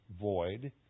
void